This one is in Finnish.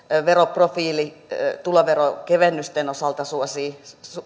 veroprofiili tuloverokevennysten osalta suosii